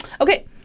Okay